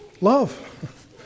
Love